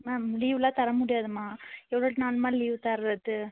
ma'am லீவெலாம் தர முடியாதும்மா எவ்வளோ நாளும்மா லீவு தர்றது